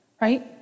right